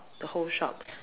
the whole shop